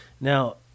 now